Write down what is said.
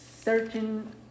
searching